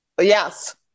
yes